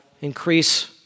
increase